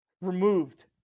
removed